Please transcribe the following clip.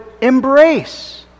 embrace